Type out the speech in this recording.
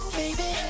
baby